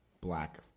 black